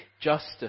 justice